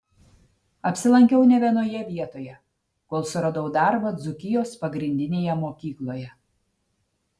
apsilankiau ne vienoje vietoje kol suradau darbą dzūkijos pagrindinėje mokykloje